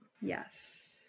Yes